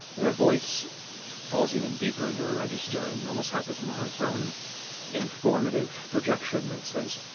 and her voice falls even deeper into her register, and almost has this monotone informative projection that says